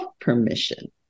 permission